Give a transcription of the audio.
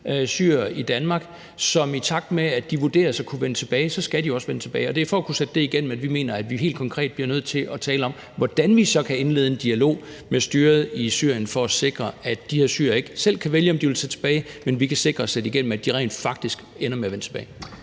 syrere i Danmark, som i takt med at de vurderes at kunne vende tilbage, så også skal vende tilbage. Og det er for at kunne sætte det igennem, at vi mener, at vi helt konkret bliver nødt til at tale om, hvordan vi så kan indlede en dialog med styret i Syrien for at sikre, at de her syrere ikke selv kan vælge, om de vil tage tilbage, men at vi kan sikre og sætte igennem, at de rent faktisk ender med at vende tilbage.